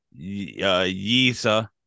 Yisa